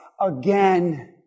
again